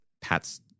Pat's